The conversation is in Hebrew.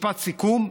משפט סיכום,